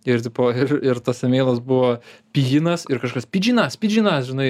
ir tipo ir tas emielas buvo piginas ir kažkas pidžinas pidžinas